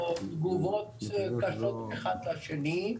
או תגובות קשות אחד לשני.